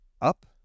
up